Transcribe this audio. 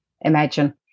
imagine